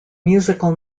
musical